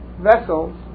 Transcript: vessels